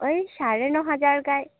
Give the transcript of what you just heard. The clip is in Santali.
ᱳᱭ ᱥᱟᱲᱮ ᱱᱚ ᱦᱟᱡᱟᱨ ᱜᱟᱱ